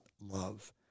love